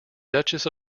duchess